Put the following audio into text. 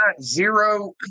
Zero